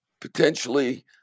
potentially